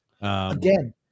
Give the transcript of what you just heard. Again